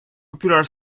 popular